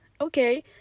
okay